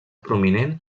prominent